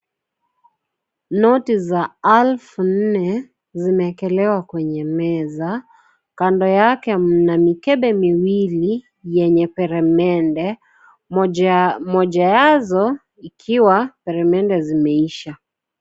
Noti za alfu nne zimeekelewa kwenye meza, kando yake mna mikebe miwili yenye peremende, moja yazo ikiwa peremende zimeisha.